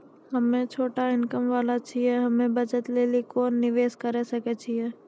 हम्मय छोटा इनकम वाला छियै, हम्मय बचत लेली कोंन निवेश करें सकय छियै?